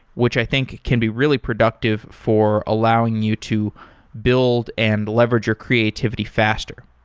which i think can be really productive for allowing you to build and leverage your creativity faster.